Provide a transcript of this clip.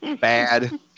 bad